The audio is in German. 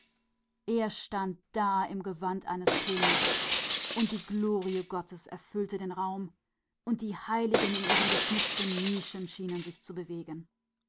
er stand da im gewand eines königs und die glorie gottes erfüllte den raum und die heiligen in den geschnitzten nischen schienen sich zu bewegen